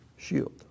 Shield